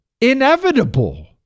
inevitable